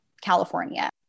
California